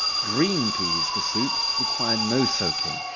green peas for soup require no soaking,